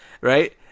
Right